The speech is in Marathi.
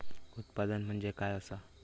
उत्पादन म्हणजे काय असा?